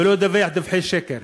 ולא לדווח דיווחי שקר.